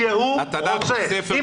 חיים,